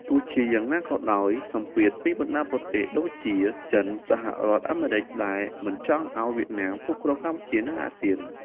ទោះយ៉ាងណាក៏ដោយ សម្ពាធពីបណ្ដាប្រទេសដូចជា ចិន សហរដ្ឋអាមេរិក ដែលមិនចង់ឱ្យវៀតណាមគ្រប់គ្រងកម្ពុជា និង អាស៊ាន ។